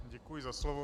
Děkuji za slovo.